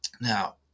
Now